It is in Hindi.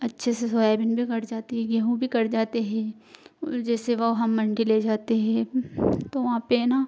अच्छे से सोयाबीन भी कट जाती है गेहूँ भी कट जाते है और जैसे वह हम मण्डी ले जाते है तो वहाँ पर है ना